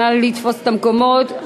נא לתפוס את המקומות.